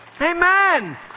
Amen